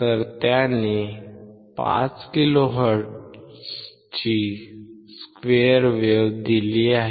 तर त्याने प्रशिक्षक द्वारे 5 किलोहर्ट्झची स्क्वेअर वेव्ह इनपुट दिली आहे